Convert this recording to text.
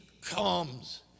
comes